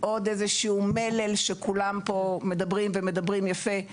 עוד מלל שכולם פה מדברים ומדברים יפה.